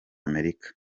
amerika